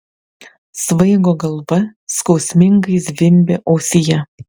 svaigo galva skausmingai zvimbė ausyje